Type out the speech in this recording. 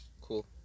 Cool